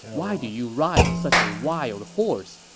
why do you ride such a wild horse?